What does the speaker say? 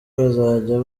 bazajya